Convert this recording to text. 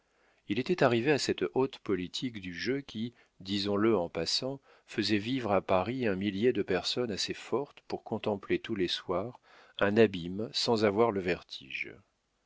il était arrivé à cette haute politique du jeu qui disons-le en passant faisait vivre à paris un millier de personnes assez fortes pour contempler tous les soirs un abîme sans avoir le vertige